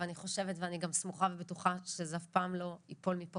ואני גם סמוכה ובטוחה שזה אף פעם לא ייפול מפה